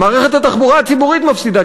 מערכת התחבורה הציבורית מפסידה,